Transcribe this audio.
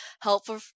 helpful